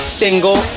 single